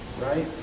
right